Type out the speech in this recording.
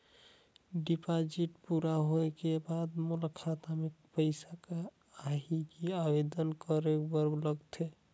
Deposit पूरा होय के बाद मोर खाता मे पइसा आही कि आवेदन करे बर लगथे?